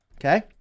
okay